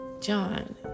John